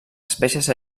espècies